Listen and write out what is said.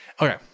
Okay